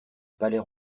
palais